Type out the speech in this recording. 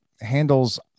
handles